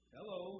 Hello